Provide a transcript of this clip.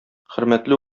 хөрмәтле